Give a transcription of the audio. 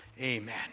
Amen